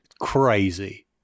crazy